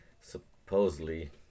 Supposedly